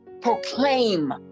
proclaim